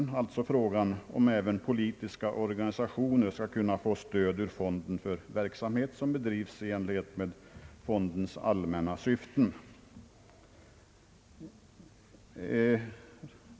Det gäller frågan om även politiska organisationer skall kunna få stöd ur fonden för verksamhet som bedrivs i enlighet med fondens allmänna syften.